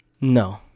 no